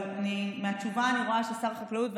אבל מהתשובה אני רואה ששר החקלאות,